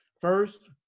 First